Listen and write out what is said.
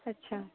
अच्छा